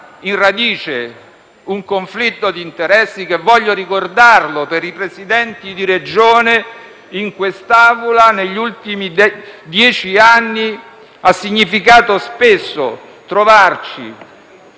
in radice un conflitto di interessi che - voglio ricordarlo per i Presidenti di Regione in Aula - negli ultimi dieci anni ha significato spesso avere